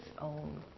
own